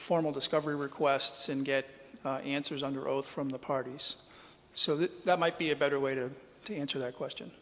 formal discovery requests and get answers under oath from the parties so that that might be a better way to to answer that question